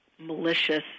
malicious